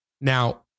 Now